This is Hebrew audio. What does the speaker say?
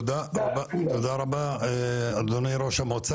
תודה רבה, אדוני ראש המועצה.